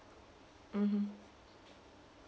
mmhmm